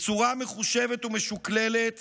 בצורה מחושבת ומשוקללת